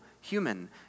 human